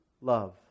love